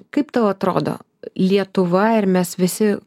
kaip tau atrodo lietuva ir mes visi